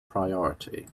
priority